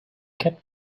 kept